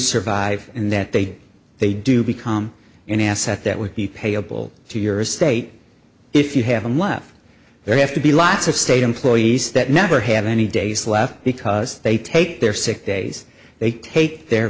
survive and that they they do become an asset that would be payable to your estate if you have them left there have to be lots of state employees that never have any days left because they take their sick days they take their